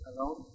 alone